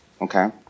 okay